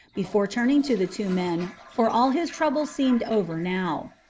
before turning to the two men, for all his troubles seemed over now.